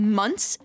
months